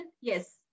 yes